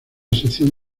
sección